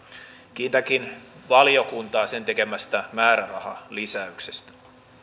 kiitänkin valiokuntaa sen tekemästä määrärahalisäyksestä